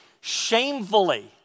shamefully